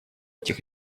этих